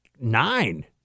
nine